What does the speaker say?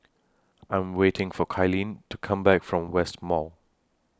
I'm waiting For Kaylene to Come Back from West Mall